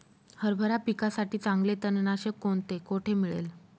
हरभरा पिकासाठी चांगले तणनाशक कोणते, कोठे मिळेल?